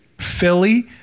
Philly